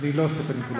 אני לא עושה מניפולציה.